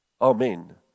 Amen